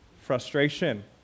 frustration